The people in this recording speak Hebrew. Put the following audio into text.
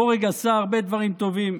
הבורג עשה הרבה דברים טובים,